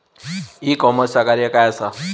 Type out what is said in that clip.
E कॉमर्सचा कार्य काय असा?